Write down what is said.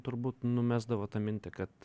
turbūt numesdavo tą mintį kad